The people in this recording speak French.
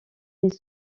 est